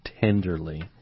tenderly